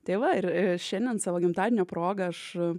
tai va ir ir šiandien savo gimtadienio proga aš